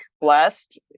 blessed